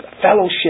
Fellowship